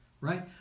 right